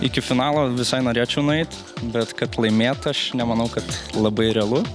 iki finalo visai norėčiau nueit bet kad laimėt aš nemanau kad labai realu